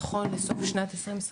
נכון לסוף שנת 2021,